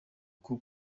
uku